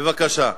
בבקשה.